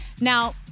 Now